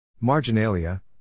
Marginalia